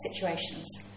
situations